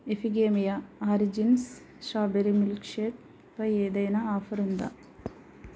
Epigamia origins strawberry milk షేక్పై ఏదైనా offer ఉందా